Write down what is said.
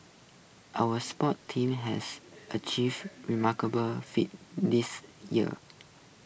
our sports teams has achieved remarkable feats this year